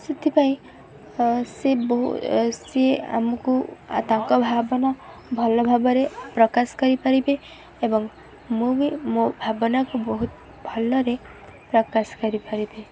ସେଥିପାଇଁ ସେ ବହୁ ସିଏ ଆମକୁ ତାଙ୍କ ଭାବନା ଭଲ ଭାବରେ ପ୍ରକାଶ କରିପାରିବେ ଏବଂ ମୁଁ ବି ମୋ ଭାବନାକୁ ବହୁତ ଭଲରେ ପ୍ରକାଶ କରିପାରିବି